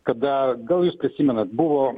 kada gal jūs prisimenat buvo